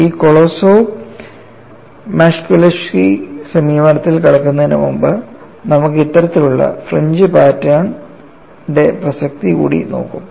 ഈ Kolosov Muskhelishvili സമീപനത്തിലേക്ക് കടക്കുന്നതിന് മുമ്പ് നമ്മൾ ഇത്തരത്തിലുള്ള ഫ്രിഞ്ച് പാറ്റേണിന്റെ പ്രസക്തി കൂടി നോക്കും